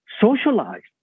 socialized